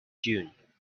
june